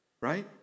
right